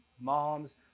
moms